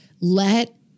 let